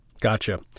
Gotcha